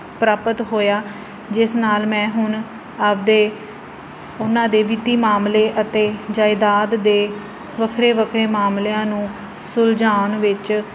ਪ੍ਰਾਪਤ ਹੋਇਆ ਜਿਸ ਨਾਲ ਮੈਂ ਹੁਣ ਆਪਦੇ ਉਹਨਾਂ ਦੇ ਵਿੱਤੀ ਮਾਮਲੇ ਅਤੇ ਜਾਇਦਾਦ ਦੇ ਵੱਖਰੇ ਵੱਖਰੇ ਮਾਮਲਿਆਂ ਨੂੰ ਸੁਲਝਾਉਣ ਵਿੱਚ